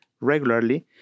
regularly